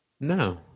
no